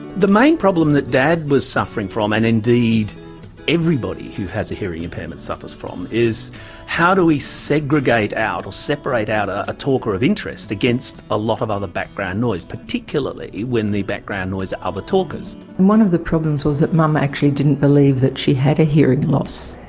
the main problem that dad was suffering from and indeed everybody who has a hearing impairment suffers from is how do we segregate out or separate out a a talker of interest against a lot of other background noise, particularly when the background noise are other talkers? one of the problems was that mum actually didn't believe that she had a hearing loss.